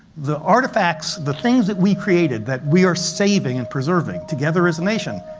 the artifacts, the things that we created, that we are saving and preserving together as a nation,